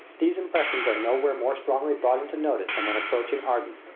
these impressions are nowhere more strongly brought into notice than when approaching aradan,